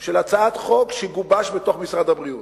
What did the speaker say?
של הצעת חוק שגובשה בתוך משרד הבריאות.